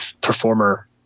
performer